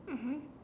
mmhmm